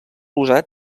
usat